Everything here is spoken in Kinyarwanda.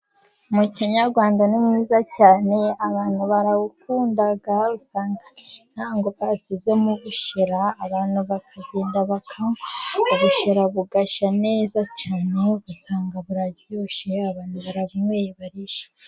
Umuco nyarwanda ni mwiza cyane, abantu barawukunda, usanga nk'intango bashyizemo ubushera, abantu bakagenda bakanywa, ubushera bugashya neza cyane ugasanga buraryoshye, abantu barabunweye barishimye.